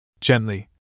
Gently